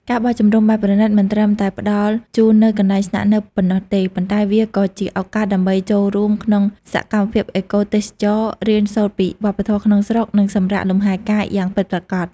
ការបោះជំរំបែបប្រណីតមិនត្រឹមតែផ្តល់ជូននូវកន្លែងស្នាក់នៅប៉ុណ្ណោះទេ ប៉ុន្តែវាក៏ជាឱកាសដើម្បីចូលរួមក្នុងសកម្មភាពអេកូទេសចរណ៍ រៀនសូត្រពីវប្បធម៌ក្នុងស្រុក និងសម្រាកលំហែកាយយ៉ាងពិតប្រាកដ។